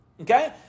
Okay